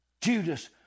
Judas